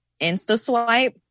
Instaswipe